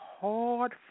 hard